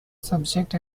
subject